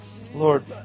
Lord